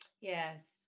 Yes